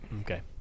Okay